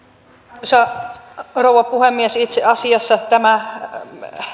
arvoisa rouva puhemies itse asiassa nämä